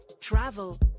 travel